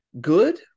Good